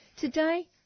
Today